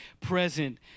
present